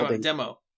demo